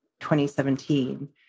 2017